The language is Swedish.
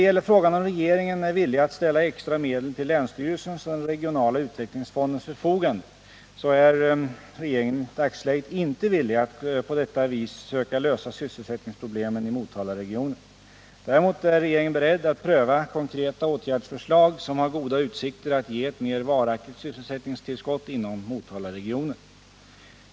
På frågan om regeringen är villig att ställa extra medel till länsstyrelsens och den regionala utvecklingsfondens förfogande är mitt svar att regeringen i dagsläget inte är villig att på detta vis söka lösa sysselsättningsproblemen i Motalaregionen. Däremot är regeringen beredd att pröva konkreta åtgärdsförslag som har goda utsikter att ge ett mer varaktigt sysselsättningstillskott inom Motalaregionen.